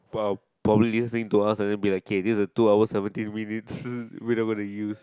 prob~ probably listening to us and then be like K this a two hour seventeen minutes we not gonna use